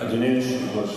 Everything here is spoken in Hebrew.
אדוני היושב-ראש,